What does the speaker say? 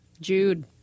Jude